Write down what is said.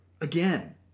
again